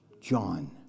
John